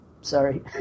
Sorry